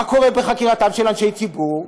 מה קורה בחקירתם של אנשי ציבור?